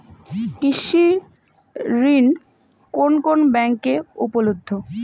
কৃষি ঋণ কোন কোন ব্যাংকে উপলব্ধ?